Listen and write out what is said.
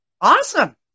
awesome